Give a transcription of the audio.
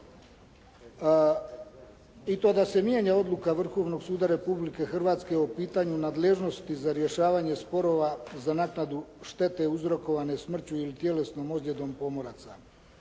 i to da se mijenja odluka Vrhovnog suda Republike Hrvatske o pitanju nadležnosti za rješavanje sporova za naknadu štete uzrokovane smrću ili tjelesnom ozljedom pomoraca.